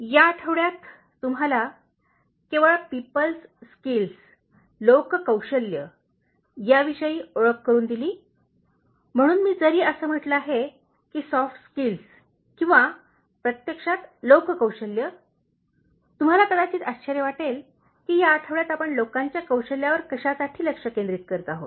या आठवड्यात मी तुम्हाला केवळ पीपल्स स्किल्स लोक कौशल्य याविषयी ओळख करून दिली म्हणून मी जरी असे म्हटले आहे की सॉफ्ट स्किल्स किंवा प्रत्यक्षात लोक कौशल्य तुम्हाला कदाचित आश्चर्य वाटेल की या आठवड्यात आपण लोकांच्या कौशल्यावर कशासाठी लक्ष केंद्रित करीत आहोत